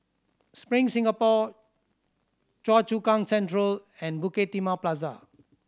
Spring Singapore Choa Chu Kang Central and Bukit Timah Plaza